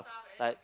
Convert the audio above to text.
like